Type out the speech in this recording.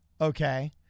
Okay